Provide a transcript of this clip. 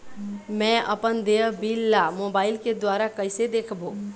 मैं अपन देय बिल ला मोबाइल के द्वारा कइसे देखबों?